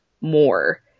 more